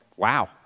Wow